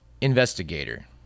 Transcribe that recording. investigator